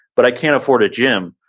but i can't afford a gym.